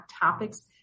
topics